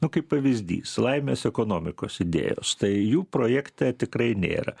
nu kaip pavyzdys laimės ekonomikos idėjos tai jų projekte tikrai nėra